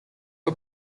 are